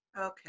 Okay